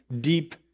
deep